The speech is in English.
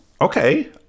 Okay